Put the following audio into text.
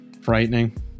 frightening